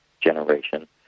generation